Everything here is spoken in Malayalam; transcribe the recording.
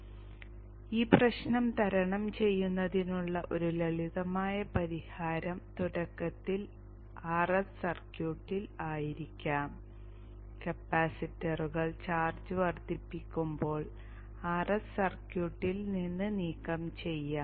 അതിനാൽ ഈ പ്രശ്നം തരണം ചെയ്യുന്നതിനുള്ള ഒരു ലളിതമായ പരിഹാരം തുടക്കത്തിൽ Rs സർക്യൂട്ടിൽ ആയിരിക്കാം കപ്പാസിറ്ററുകൾ ചാർജ്ജ് വർദ്ധിപ്പിക്കുമ്പോൾ Rs സർക്യൂട്ടിൽ നിന്ന് നീക്കം ചെയ്യാം